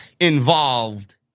involved